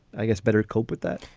i guess, better cope with that?